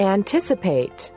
Anticipate